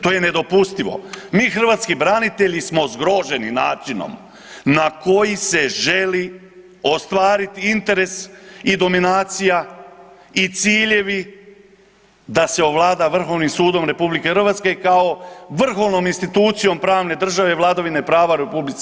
To je nedopustivo, mi hrvatski branitelji smo zgroženi načinom na koji se želi ostvariti interes i dominacija i ciljevi da se ovlada Vrhovnim sudom RH kao vrhovnom institucijom pravne države i vladavine u RH.